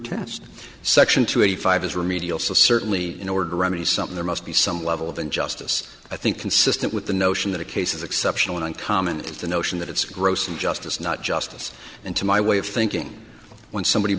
test section two eighty five is remedial so certainly in order remedies something there must be some level of and justice i think consistent with the notion that a case is exceptional and uncommon the notion that it's gross injustice not justice and to my way of thinking when somebody